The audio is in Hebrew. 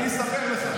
אני אספר לך,